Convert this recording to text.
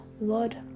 Lord